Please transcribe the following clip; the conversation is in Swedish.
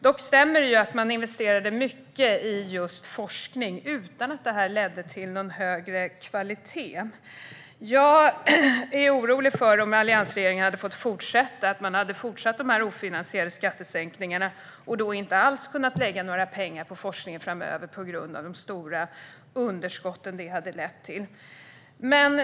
Dock stämmer det att man investerade mycket i just forskning - utan att det ledde till högre kvalitet. Jag är orolig att alliansregeringen hade fortsatt dessa ofinansierade skattesänkningar om den hade fått sitta kvar och då inte alls kunnat lägga några pengar på forskning framöver, på grund av de stora underskott de ledde till.